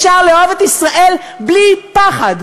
אפשר לאהוב את ישראל בלי פחד.